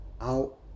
out